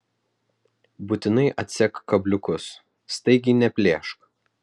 būtinai atsek kabliukus staigiai neplėšk